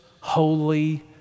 holy